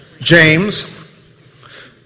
James